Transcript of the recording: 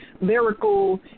lyrical